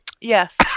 Yes